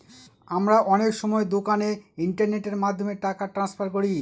আমরা অনেক সময় দোকানে ইন্টারনেটের মাধ্যমে টাকা ট্রান্সফার করি